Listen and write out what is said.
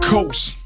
Coast